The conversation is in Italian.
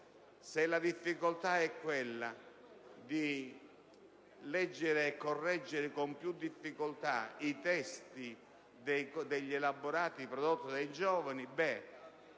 Se il problema è quello di leggere e correggere con più difficoltà i testi degli elaborati prodotti dai giovani, una